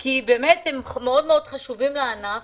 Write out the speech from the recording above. כי הם חשובים לענף